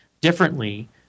differently